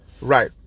right